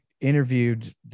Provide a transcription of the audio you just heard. interviewed